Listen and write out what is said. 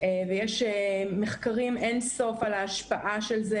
ויש מחקרים אין-סוף על ההשפעה של זה